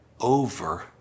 over